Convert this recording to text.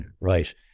Right